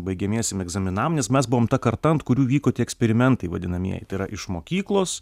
baigiamiesiem egzaminam nes mes buvom ta karta ant kurių vyko tie eksperimentai vadinamieji tai yra iš mokyklos